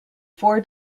four